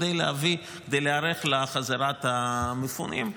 כדי להיערך לחזרת המפונים.